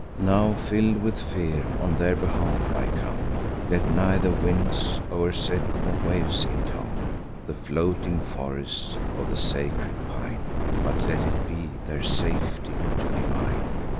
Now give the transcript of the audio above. now, fill'd with fear, on their behalf i come let neither winds o'erset, nor waves intomb the floating forests of the sacred pine but let it be their safety to be mine.